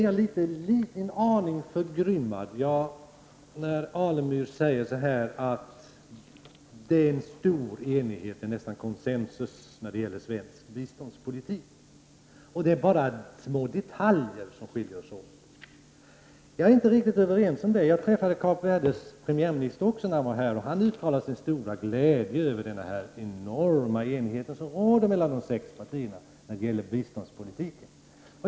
Jag blev en aning förgrymmad, när Stig Alemyr sade att det är stor enighet, nästan consensus, i fråga om svensk biståndspolitik och att det bara är små detaljer som skiljer oss åt. Jag är inte riktigt överens med honom om det. Jag träffade också Kap Verdes premiärminister när han var här, och han uttalade sig stora glädje över den enorma enighet som råder mellan de sex partierna när det gäller biståndspolitiken.